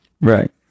Right